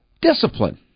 discipline